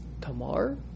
Tamar